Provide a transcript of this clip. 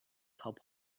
top